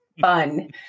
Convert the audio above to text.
fun